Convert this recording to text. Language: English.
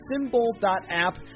Symbol.app